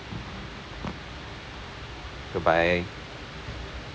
goodbye